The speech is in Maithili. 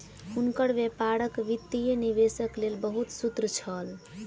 हुनकर व्यापारक वित्तीय निवेशक लेल बहुत सूत्र छल